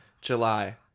july